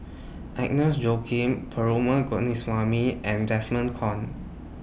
Agnes Joaquim Perumal Govindaswamy and Desmond Kon